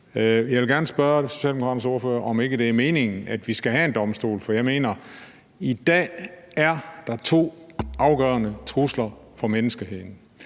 ordfører, om ikke det er meningen, at vi skal have en domstol. For jeg mener, at der i dag er to afgørende trusler for menneskeheden.